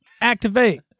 Activate